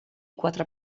quatre